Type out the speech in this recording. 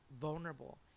vulnerable